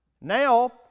now